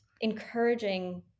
encouraging